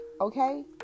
Okay